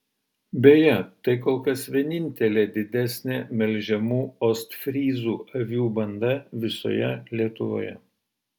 beje tai kol kas vienintelė didesnė melžiamų ostfryzų avių banda visoje lietuvoje